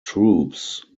troops